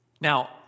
Now